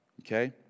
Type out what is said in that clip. Okay